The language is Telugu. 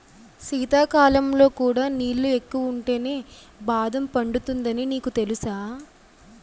శీతాకాలంలో కూడా నీళ్ళు ఎక్కువుంటేనే బాదం పండుతుందని నీకు తెలుసా?